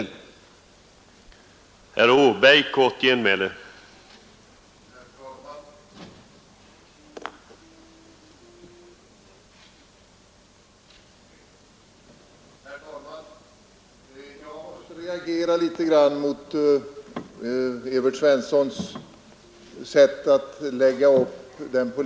— Den fysiska rikspla